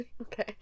Okay